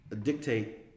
dictate